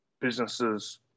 businesses